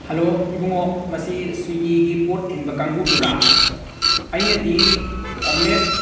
hello ꯏꯕꯨꯡꯉꯣ ꯃꯁꯤ ꯁ꯭ꯋꯤꯒꯤꯒꯤ ꯄꯣꯠ ꯊꯤꯟꯕ ꯀꯥꯡꯕꯨꯗꯨꯔ ꯑꯩꯅꯗꯤ ꯑꯣꯝꯂꯦꯠ